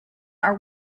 are